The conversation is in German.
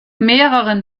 mehreren